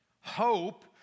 Hope